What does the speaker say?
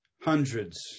hundreds